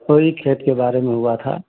वही खेत के बारे में हुआ था